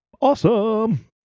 Awesome